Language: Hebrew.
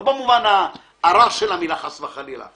לא במובן הרע של המילה חס וחלילה.